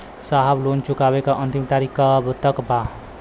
साहब लोन चुकावे क अंतिम तारीख कब तक बा?